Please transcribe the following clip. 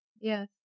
Yes